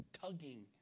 tugging